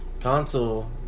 Console